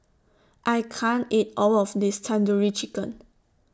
I can't eat All of This Tandoori Chicken